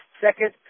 second